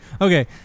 Okay